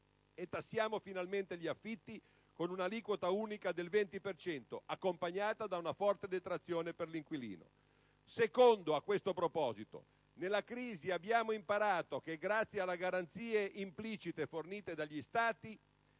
E tassiamo finalmente gli affitti con una aliquota unica del 20 per cento, accompagnata da una forte detrazione per l'inquilino. Secondo: a questo proposito, nella crisi abbiamo imparato che, grazie alle garanzie implicite fornite dagli Stati